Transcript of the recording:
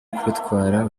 kubitwara